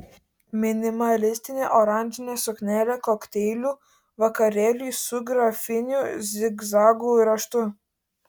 minimalistinė oranžinė suknelė kokteilių vakarėliui su grafiniu zigzagų raštu